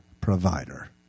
provider